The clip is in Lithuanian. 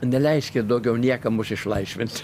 neleiskit daugiau niekam mus išlaisvint